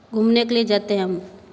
घूमने के लिए जाते हैं हम